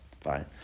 Fine